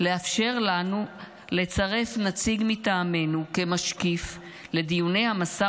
לאפשר לנו לצרף נציג מטעמנו כמשקיף לדיוני המשא